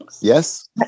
Yes